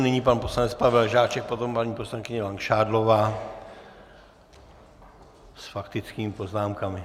Nyní pan poslanec Pavel Žáček, potom paní poslankyně Langšádlová s faktickými poznámkami.